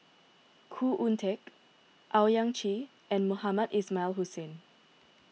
Khoo Oon Teik Owyang Chi and Mohamed Ismail Hussain